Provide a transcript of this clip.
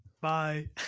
bye